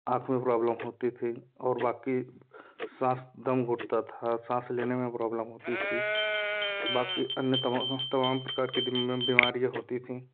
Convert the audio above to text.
आँख में प्रॉब्लम होती थी और बाकी साँस दम घुटता था साँस लेने में प्रॉब्लम होती थी बाकी अन्य तमाम प्रकार की दिन में बीमारियाँ होती थीं